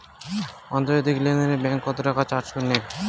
আন্তর্জাতিক লেনদেনে ব্যাংক কত টাকা চার্জ নেয়?